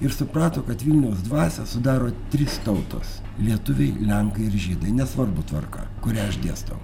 ir suprato kad vilniaus dvasią sudaro trys tautos lietuviai lenkai ir žydai nesvarbu tvarka kurią aš dėstau